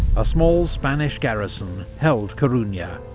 a small spanish garrison held coruna,